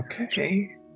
Okay